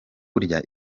burya